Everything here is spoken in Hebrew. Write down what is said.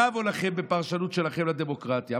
בראבו לכם על הפרשנות שלכם לדמוקרטיה.